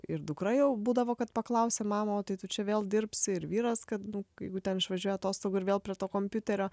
ir dukra jau būdavo kad paklausia mama o tai tu čia vėl dirbsi ir vyras kad nu jeigu ten išvažiuoja atostogų ir vėl prie to kompiuterio